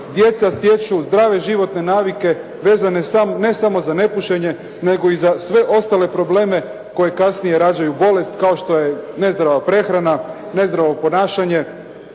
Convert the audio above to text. djeca stječu zdrave životne navike vezane ne samo za nepušenje nego i za sve ostale probleme koje kasnije rađaju bolest, kao što je nezdrava prehrana, nezdravo ponašanje.